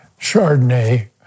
Chardonnay